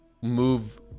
move